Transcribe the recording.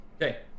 Okay